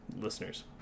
Listeners